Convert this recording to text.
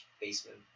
basement